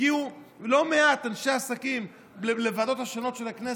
הגיעו לא מעט אנשי עסקים לוועדות השונות של הכנסת,